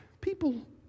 People